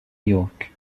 york